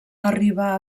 arribà